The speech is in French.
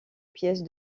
pièces